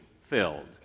filled